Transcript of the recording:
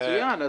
מצוין,